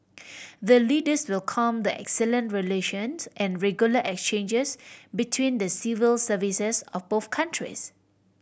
the Leaders welcome the excellent relations and regular exchanges between the civil services of both countries